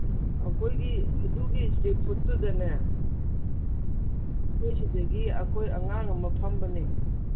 ꯑꯩꯈꯣꯏꯒꯤ ꯑꯗꯨꯒꯤ ꯏꯁꯇ꯭ꯔꯤꯠ ꯐꯨꯠꯇꯨꯗ ꯑꯩꯈꯣꯏ ꯁꯤꯗꯒꯤ ꯑꯩꯈꯣꯏ ꯑꯉꯥꯡ ꯑꯃ ꯐꯝꯕꯅꯦ